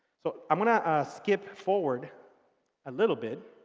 so i'm going to skip forward a little bit.